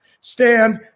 stand